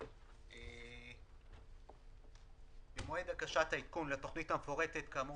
17ו. במועד הגשת העדכון לתכנית המפורטת כאמור